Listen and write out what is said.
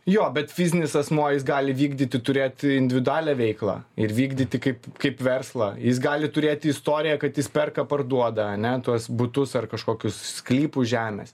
jo bet fizinis asmuo jis gali vykdyti turėt individualią veiklą ir vykdyti kaip kaip verslą jis gali turėt istoriją kad jis perka parduoda ane tuos butus ar kažkokius sklypų žemės